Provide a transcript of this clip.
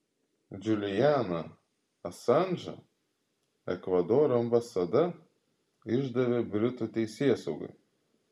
džulianą asanžą ekvadoro ambasada išdavė britų teisėsaugai